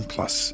Plus